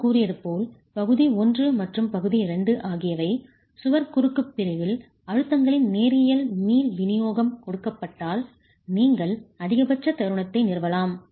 நான் கூறியது போல் பகுதி 1 மற்றும் பகுதி 2 ஆகியவை சுவர் குறுக்கு பிரிவில் அழுத்தங்களின் நேரியல் மீள் விநியோகம் கொடுக்கப்பட்டால் நீங்கள் அதிகபட்ச தருணத்தை நிறுவலாம்